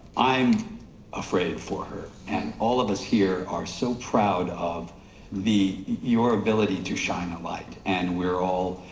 i'm afraid for her. and all of us here are so proud of the, your ability to shine a light. and we're all